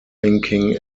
thinking